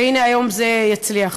והנה היום זה הצליח.